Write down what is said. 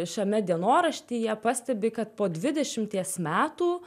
šiame dienoraštyje pastebi kad po dvidešimties metų